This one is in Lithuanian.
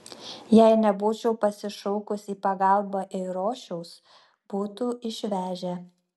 jei nebūčiau pasišaukus į pagalbą eirošiaus būtų išvežę